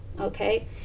okay